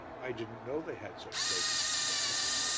i didn't know they had such places in france.